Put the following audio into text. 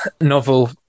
novel